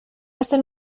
hacer